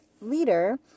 leader